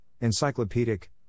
encyclopedic